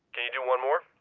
can you do one more?